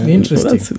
interesting